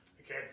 Okay